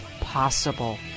possible